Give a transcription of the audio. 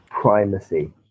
primacy